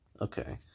Okay